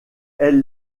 elle